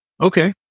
Okay